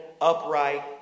upright